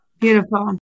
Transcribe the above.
beautiful